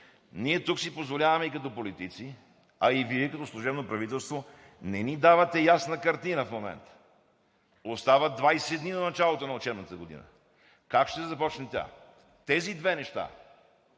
Ние тук си позволяваме като политици, а и Вие като служебно правителство не ни давате ясна картина в момента, а остават 20 дни до началото на учебната година. Как ще започне тя? Тези две неща